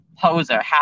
poser